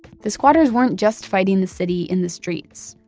the squatters weren't just fighting the city in the streets.